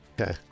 okay